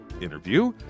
interview